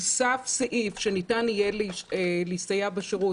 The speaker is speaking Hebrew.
הוסף סעיף שניתן יהיה להסתייע בשירות